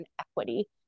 equity